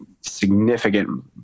significant